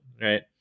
right